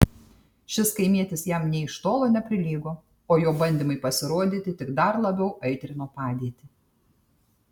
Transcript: šis kaimietis jam nė iš tolo neprilygo o jo bandymai pasirodyti tik dar labiau aitrino padėtį